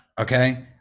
okay